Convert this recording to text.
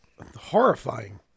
horrifying